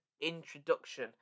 introduction